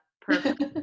perfect